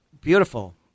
Beautiful